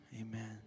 Amen